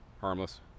harmless